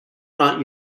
not